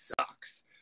sucks